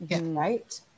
right